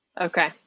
Okay